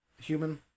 human